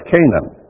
Canaan